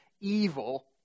evil